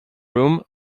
room